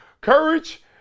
courage